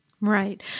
Right